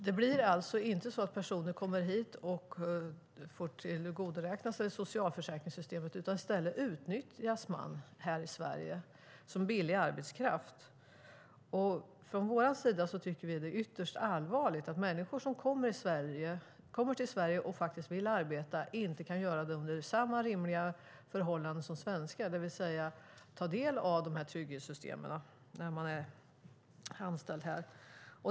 Det blir alltså inte så att personer kommer hit och får tillgodoräkna sig socialförsäkringssystemet, utan i stället utnyttjas de som billig arbetskraft här i Sverige. Vi tycker att det är ytterst allvarligt att människor som kommer till Sverige och vill arbeta inte kan göra det under samma rimliga förhållanden som svenskar, det vill säga ta del av de här trygghetssystemen när de är anställda här.